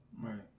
Right